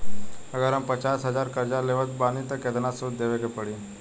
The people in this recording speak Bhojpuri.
अगर हम पचास हज़ार कर्जा लेवत बानी त केतना सूद देवे के पड़ी?